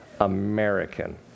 american